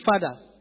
father